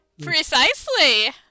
Precisely